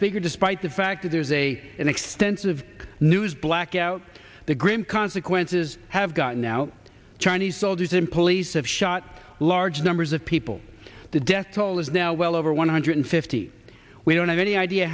bigger despite the fact that there's a an extensive news blackout the grim consequences have gotten out chinese soldiers and police have shot large numbers of people the death toll is now well over one hundred fifty we don't have any idea